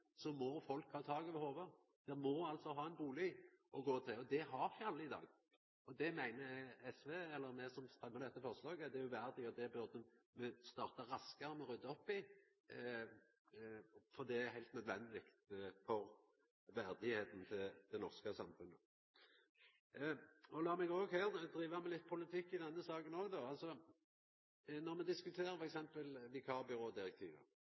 må folk ha tak over hovudet. Ein må ha ein bustad å gå til, og det har ikkje alle i dag. Det meiner SV – eller me som fremmar dette forslaget – er uverdig. Det burde me starta raskare med å rydda opp i, for det er heilt nødvendig for verdigheita til det norske samfunnet. Lat meg driva med litt politikk i denne saka også. Når me diskuterer